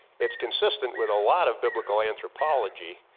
it's consistent with a lot of biblical anthropology,